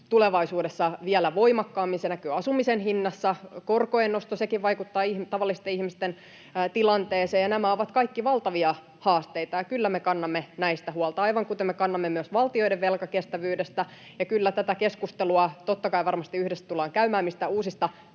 tulevaisuudessa vielä voimakkaammin, ja se näkyy asumisen hinnassa. Korkojen nostokin vaikuttaa tavallisten ihmisten tilanteeseen. Nämä ovat kaikki valtavia haasteita, ja kyllä me kannamme näistä huolta, aivan kuten me kannamme huolta myös valtioiden velkakestävyydestä, ja kyllä tätä keskustelua totta kai varmasti yhdessä tullaan käymään. Mistään uusista